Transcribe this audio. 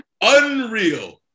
Unreal